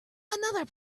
another